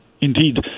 Indeed